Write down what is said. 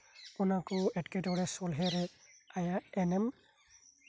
ᱚᱱᱟᱠᱚ ᱮᱴᱠᱮ ᱴᱚᱬᱮ ᱥᱚᱞᱦᱮ ᱨᱮ ᱟᱭᱟᱜ ᱮᱱᱮᱢ